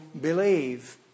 believe